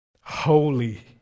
holy